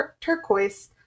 turquoise